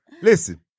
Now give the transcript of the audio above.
Listen